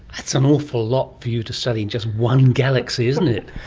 that's an awful lot for you to study just one galaxy, isn't it?